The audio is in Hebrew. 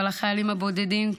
אבל החיילים הבודדים,